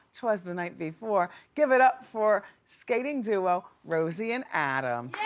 twas the night before, give it up for skating duo, rosie and adam.